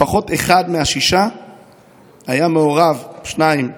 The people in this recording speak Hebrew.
לפחות אחד מהשישה היה מעורב, שניים.